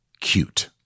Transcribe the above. cute